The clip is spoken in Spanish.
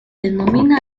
denomina